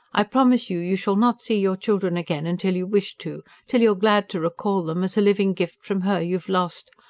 i promise you, you shall not see your children again until you wish to till you're glad to recall them, as a living gift from her you have lost.